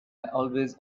always